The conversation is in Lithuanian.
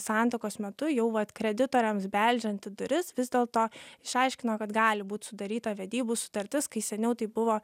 santuokos metu jau vat kreditoriams beldžiant į duris vis dėlto išaiškino kad gali būt sudaryta vedybų sutartis kai seniau tai buvo